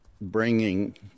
bringing